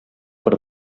per